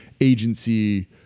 agency